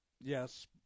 Yes